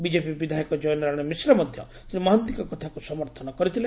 BJP ବିଧାୟକ ଜୟ ନାରାୟଣ ମିଶ୍ର ମଧ୍ୟ ଶ୍ରୀ ମହାନ୍ତିଙ୍କ କଥାକୁ ସମର୍ଥନ କରିଥିଲେ